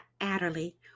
Adderley